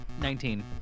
Nineteen